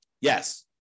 Yes